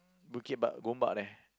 Bukit Ba~ Gombak there